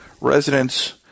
residents